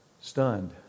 stunned